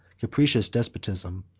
capricious despotism,